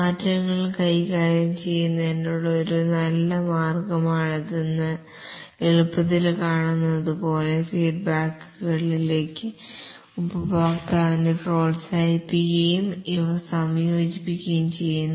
മാറ്റങ്ങൾ കൈകാര്യം ചെയ്യുന്നതിനുള്ള ഒരു നല്ല മാർഗമാണിതെന്ന് എളുപ്പത്തിൽ കാണാനാകുന്നതുപോലെ ഫീഡ്ബാക്കുകളിലേക്ക് ഉപഭോക്താവിനെ പ്രോത്സാഹിപ്പിക്കുകയും ഇവ സംയോജിപ്പിക്കുകയും ചെയ്യുന്നു